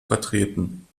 vertreten